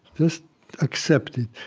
just accept it.